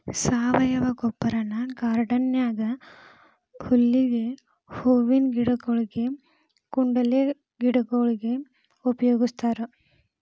ಸಾವಯವ ಗೊಬ್ಬರನ ಗಾರ್ಡನ್ ನ್ಯಾಗ ಹುಲ್ಲಿಗೆ, ಹೂವಿನ ಗಿಡಗೊಳಿಗೆ, ಕುಂಡಲೆ ಗಿಡಗೊಳಿಗೆ ಉಪಯೋಗಸ್ತಾರ